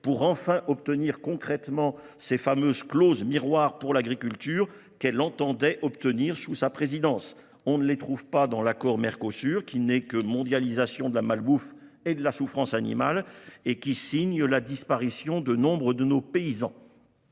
pour obtenir enfin les fameuses clauses miroirs sur l'agriculture qu'elle entendait faire adopter sous sa présidence. On ne les trouve pas dans l'accord avec le Mercosur, qui n'est que mondialisation de la malbouffe et de la souffrance animale et qui signe la disparition de nombre de nos paysans.